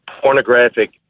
pornographic